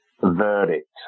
verdict